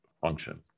function